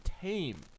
tame